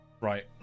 right